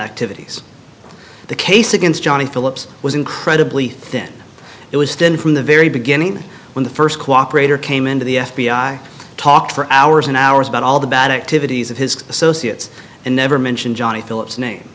activities the case against johnny phillips was incredibly thin it was thin from the very beginning when the first cooperator came into the f b i talked for hours and hours about all the batek to videos of his associates and never mentioned johnny phillips name